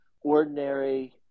ordinary